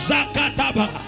Zakataba